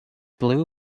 blew